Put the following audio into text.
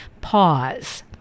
Pause